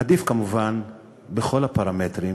עדיף כמובן בכל הפרמטרים